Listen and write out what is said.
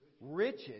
Riches